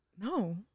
No